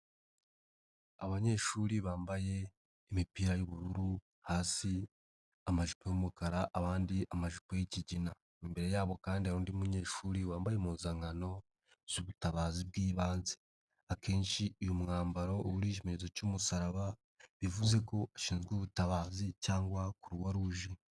Abanyeshuri bambaye imipira y'ubururu, hasi amajipo y'umukara, abandi amajipo y'ikigina. Imbere yabo kandi hari undi munyeshuri wambaye impuzankano z'ubutabazi bw'ibanze. Akenshi uyu mwambaro uba uriho ikimenyetso cy'umusaraba, bivuze ko ushinzwe ubutabazi cyangwa Croix rouge.